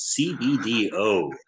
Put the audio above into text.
cbdo